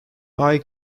eye